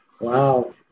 Wow